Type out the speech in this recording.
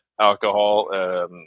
alcohol